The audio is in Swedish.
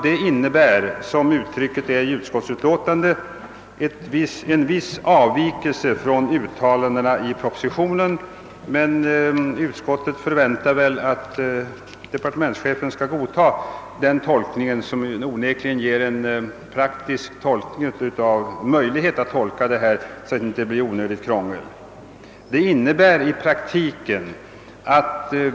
Det innebär som utskottet uttrycker det en »viss avvikelse från uttalandena i propositionen», men utskottet förväntar naturligtvis att departementschefen skall godta tolkningen som en praktisk möjlighet att lösa frågan utan att onödigt krångel uppstår.